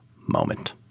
moment